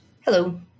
hello